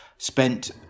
Spent